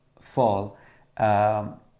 fall